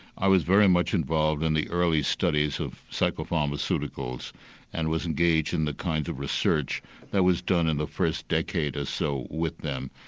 i was very much involved in the early studies of psycho-pharmaceuticals and was engaged in the kinds of research that was done in the first decade or so with them.